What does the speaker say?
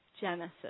Genesis